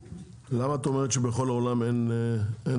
למה את אומרת שבכל העולם אין אחוזית?